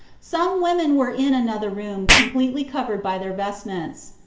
some women were in another room completely covered by their vestments.